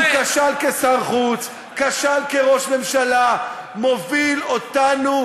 הוא כשל כשר חוץ, כשל כראש ממשלה, מוביל אותנו